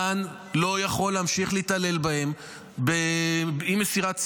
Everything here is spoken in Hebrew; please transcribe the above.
רן לא יכול להמשיך להתעלל בהם באי-מסירת ציונים,